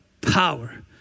power